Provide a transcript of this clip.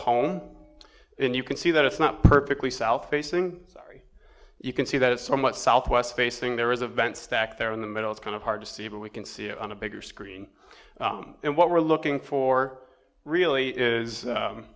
home and you can see that it's not perfectly south facing ari you can see that it's somewhat southwest facing there is a vent stack there in the middle it's kind of hard to see but we can see it on a bigger screen and what we're looking for really is